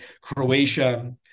croatia